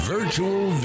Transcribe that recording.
Virtual